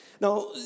Now